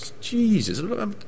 Jesus